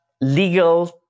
legal